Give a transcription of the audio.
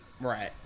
Right